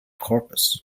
corpus